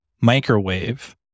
microwave